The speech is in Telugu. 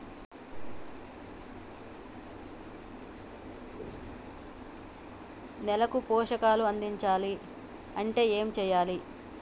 నేలకు పోషకాలు అందించాలి అంటే ఏం చెయ్యాలి?